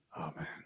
Amen